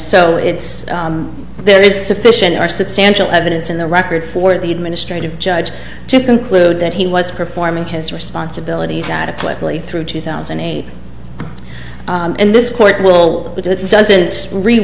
so there is sufficient are substantial evidence in the record for the administrative judge to conclude that he was performing his responsibilities adequately through two thousand and eight and this court will